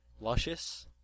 Luscious